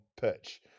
pitch